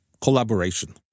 collaboration